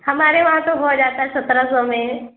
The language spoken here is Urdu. ہمارے وہاں تو ہو جاتا ہے سترہ سو میں